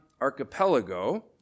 Archipelago